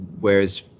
Whereas